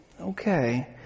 Okay